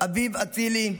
אביב אצילי,